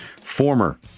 former